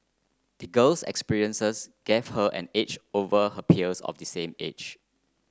the girl's experiences gave her an edge over her peers of the same age